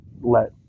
let